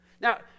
Now